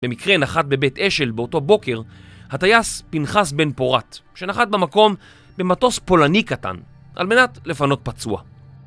במקרה נחת בבית אשל באותו בוקר הטייס פנחס בן פורת, שנחת במקום במטוס פולני קטן, על מנת לפנות פצוע.